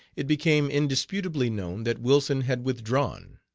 it became indisputably known that wilson had withdrawn.